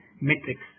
metrics